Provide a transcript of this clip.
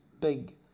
big